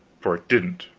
for it didn't.